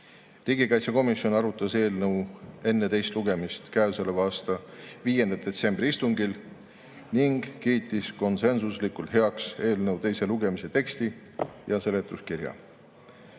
täpsustusi. Riigikaitsekomisjon arutas eelnõu enne teist lugemist käesoleva aasta 5. detsembri istungil ning kiitis konsensuslikult heaks eelnõu teise lugemise teksti ja seletuskirja.